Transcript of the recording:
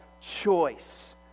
choice